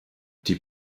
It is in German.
die